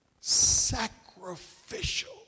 sacrificial